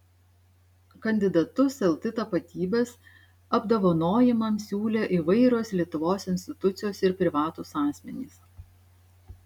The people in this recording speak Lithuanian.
kandidatus lt tapatybės apdovanojimams siūlė įvairios lietuvos institucijos ir privatūs asmenys